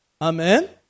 Amen